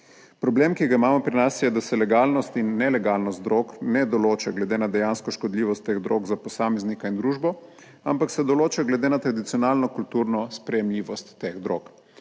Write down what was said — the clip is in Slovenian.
Problem, ki ga imamo pri nas, je, da se legalnost in nelegalnost drog ne določa glede na dejansko škodljivost teh drog za posameznika in družbo, ampak se določa glede na tradicionalno kulturno sprejemljivost teh drog.